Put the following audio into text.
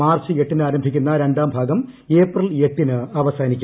March എട്ടിന് ആരംഭിക്കുന്ന രണ്ടാം ഭാഗം ഏപ്രിൽ എട്ടിന് അവസാനിക്കും